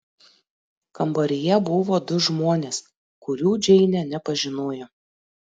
kambaryje buvo du žmonės kurių džeinė nepažinojo